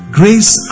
grace